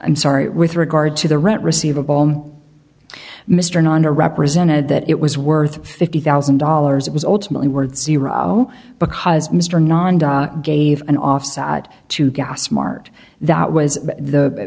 i'm sorry with regard to the rent receivable mr nonda represented that it was worth fifty thousand dollars it was ultimately word zero because mr nonda gave an offside to gas mart that was the